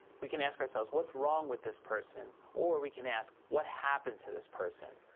we can ask ourselves, what's wrong with this person? or we can ask, what happened to this person?